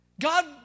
God